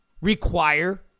require